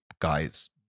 guys